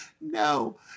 No